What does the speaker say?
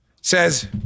says